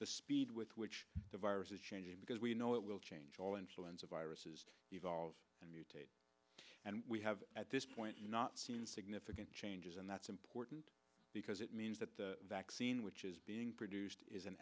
the speed with which the virus is changing because we know it will change all influenza viruses evolve and mutate and we have at this point not seen significant changes and that's important because it means that the vaccine which is being produced is an